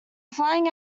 flying